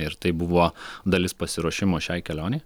ir tai buvo dalis pasiruošimo šiai kelionei